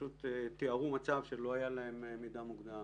הם תיארו מצב שלא היה להם מידע מוקדם,